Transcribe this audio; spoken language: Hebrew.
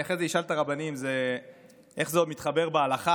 אני אחרי זה אשאל את הרבנים איך זה מסתדר בהלכה,